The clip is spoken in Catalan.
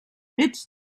ets